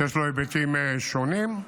שיש לו היבטים שונים.